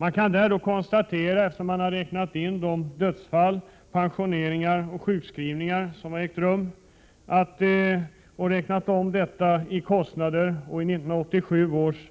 Man har då räknat om de dödsfall, pensioneringar och sjukskrivningar som ägt rum i kostnader. I 1987 års